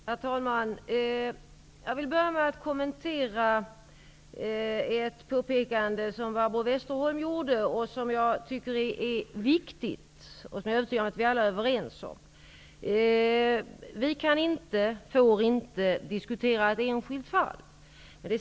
Herr talman! Jag vill börja med att kommentera ett påpekande som Barbro Westerholm gjorde, som jag tycker är viktigt och som vi alla torde vara överens om. Vi får inte diskutera ett enskilt fall.